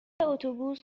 اتوبوس